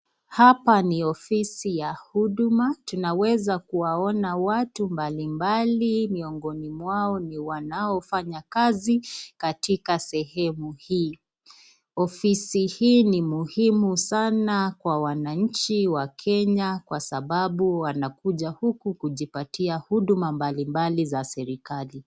Haha ni ofisi ya huduma tunaweza kuwaona watu mbalimbali miongoni mwao ni wanaofanya katika sehemu hii, ofisi hii ni muhimu sana kwa wananchi wa kenya Kwa sababu wanakuja huku kujipatia huduma mbalimbali za serekali.